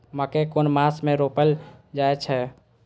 मकेय कुन मास में रोपल जाय छै?